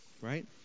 right